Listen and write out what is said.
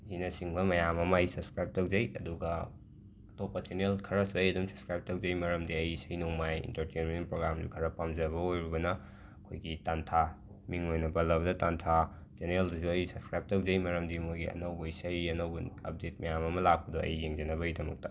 ꯑꯁꯤꯅꯆꯤꯡꯕ ꯃꯌꯥꯝ ꯑꯃ ꯑꯩ ꯁꯞꯁꯆ꯭ꯔꯥꯏꯞ ꯇꯧꯖꯩ ꯑꯗꯨꯒ ꯑꯇꯣꯞꯄ ꯆꯦꯅꯦꯜ ꯈꯔꯁꯨ ꯑꯩ ꯑꯗꯨꯝ ꯁꯞꯁꯀ꯭ꯔꯥꯏꯞ ꯇꯧꯖꯩ ꯃꯔꯝꯗꯤ ꯑꯩ ꯏꯁꯩ ꯅꯣꯡꯃꯥꯏ ꯏꯟꯇꯔꯇꯦꯟꯃꯦꯟ ꯄ꯭ꯔꯣꯒꯥꯝ ꯈꯔ ꯄꯥꯝꯖꯕ ꯑꯣꯏꯔꯨꯕꯅ ꯑꯩꯈꯣꯏꯒꯤ ꯇꯥꯟꯊꯥ ꯃꯤꯡ ꯑꯣꯏꯅ ꯄꯜꯂꯕꯗ ꯇꯥꯟꯊꯥ ꯆꯦꯅꯦꯜꯗꯨꯁꯨ ꯑꯩ ꯁꯞꯁꯆ꯭ꯔꯥꯏꯞ ꯇꯧꯖꯩ ꯃꯔꯝꯗꯤ ꯃꯈꯣꯏꯒꯤ ꯑꯅꯧꯕ ꯏꯁꯩ ꯑꯅꯧꯕ ꯎꯞꯗꯦꯠ ꯃꯌꯥꯝ ꯑꯃ ꯂꯥꯛꯄꯗꯨ ꯑꯩ ꯌꯦꯡꯖꯅꯕꯒꯤꯗꯃꯛꯇꯥ